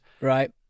Right